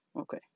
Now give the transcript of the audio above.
okay